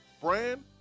brand